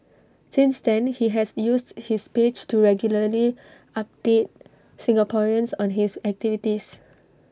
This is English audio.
since then he has used his page to regularly update Singaporeans on his activities